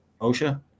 OSHA